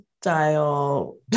style